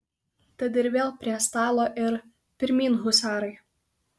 tad ir vėl prie stalo ir pirmyn husarai